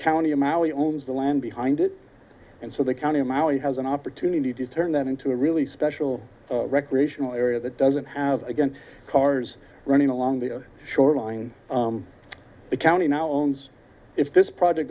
county a maui owns the land behind it and so the county maui has an opportunity to turn that into a really special recreational area that doesn't have again cars running along the shoreline the county now owns if this project